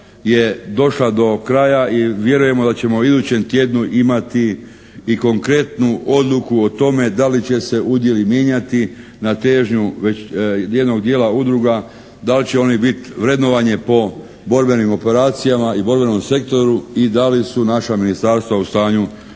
da li će se udjeli mijenjati na težnju već jednog dijela udruga. Da li će oni biti vrednovanje po borbenim operacijama i borbenom sektoru i da li su naša ministarstva u stanju to